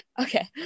Okay